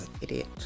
Idiot